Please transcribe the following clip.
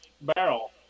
barrel